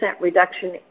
reduction